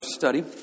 study